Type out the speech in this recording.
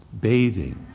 bathing